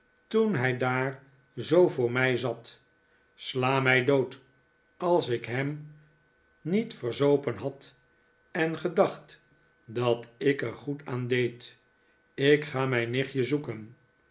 toen hij daar zoo voor mij zat sla mij dood als ik hem niet verzopen had en gedacht dat ik er goed aan deed ik ga mijn nichtje zoeken